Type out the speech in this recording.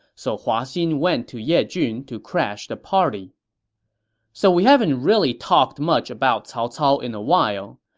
so hua xin went to yejun to crash the party so we haven't really talked much about cao cao in a while.